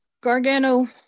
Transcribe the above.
gargano